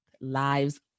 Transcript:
lives